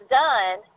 done